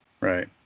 Right